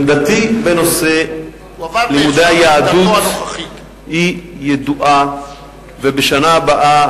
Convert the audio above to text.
עמדתי בנושא לימודי היהדות היא ידועה,